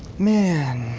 man.